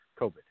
COVID